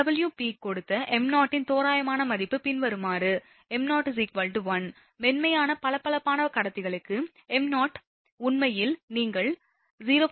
FW peak கொடுத்த m0 இன் தோராயமான மதிப்பு பின்வருமாறு m0 1 மென்மையான பளபளப்பான கடத்திகளுக்கு m0 உண்மையில் நீங்கள் 0